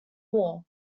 war